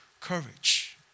courage